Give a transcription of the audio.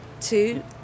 Two